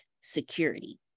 security